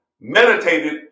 meditated